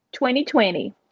2020